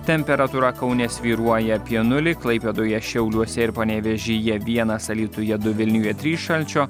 temperatūra kaune svyruoja apie nulį klaipėdoje šiauliuose ir panevėžyje vienas alytuje du vilniuje trys šalčio